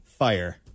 fire